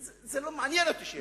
זה לא מעניין אותי שהתנצל.